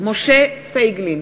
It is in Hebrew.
משה פייגלין,